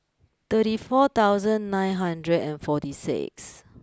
thirty four thousand nine hundred and forty six